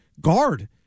guard